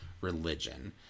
religion